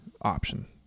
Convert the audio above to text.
option